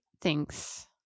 thinks